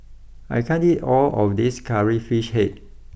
I can't eat all of this Curry Fish Head